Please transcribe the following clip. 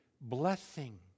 blessing